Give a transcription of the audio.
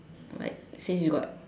like since you got